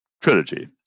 trilogy